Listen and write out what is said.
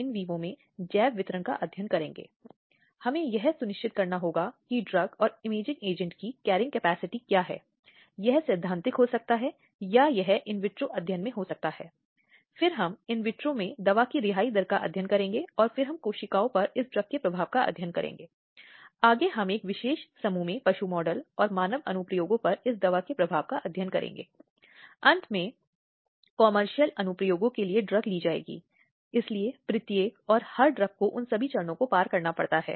इसी तरह झगड़े या हिंसा की स्थितियों में किया गया बलात्कार एक गर्भवती महिला पर किया गया बलात्कार 16 साल से कम उम्र के बच्चों या 16 साल से कम उम्र की लड़कियों एक विकलांग महिला पर किए गए सभी बलात्कार आदि भी कानून के तहत उच्च दंड को आकर्षित करते हैं